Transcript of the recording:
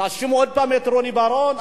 תאשימו עוד פעם את רוני בר-און?